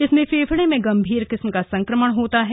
इसमें फेफड़े में गंभीर किस्म का संक्रमण होता है